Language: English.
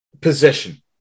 position